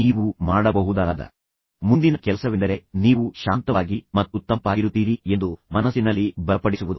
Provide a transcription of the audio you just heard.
ಈಗ ನೀವು ಮಾಡಬಹುದಾದ ಮುಂದಿನ ಕೆಲಸವೆಂದರೆ ನೀವು ಶಾಂತವಾಗಿ ಮತ್ತು ತಂಪಾಗಿರುತ್ತೀರಿ ಎಂದು ಮನಸ್ಸಿನಲ್ಲಿ ಬಲಪಡಿಸುವುದು